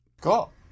Cool